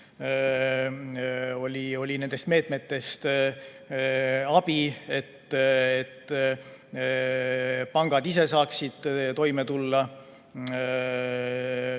oli nendest meetmetest abi, et pangad ise saaksid toime tulla